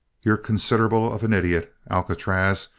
you're considerable of an idiot, alcatraz,